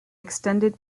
extended